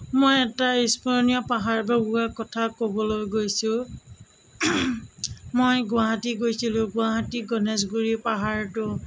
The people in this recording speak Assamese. মই এটা স্মৰণীয় পাহাৰ বগোৱা কথা ক'বলৈ গৈছোঁ মই গুৱাহাটী গৈছিলোঁ গুৱাহাটী গণেশগুৰিৰ পাহাৰটো